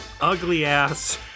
ugly-ass